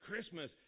Christmas